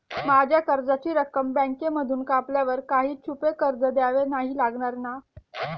माझ्या कर्जाची रक्कम बँकेमधून कापल्यावर काही छुपे खर्च द्यावे नाही लागणार ना?